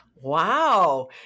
Wow